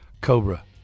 Cobra